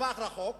לטווח רחוק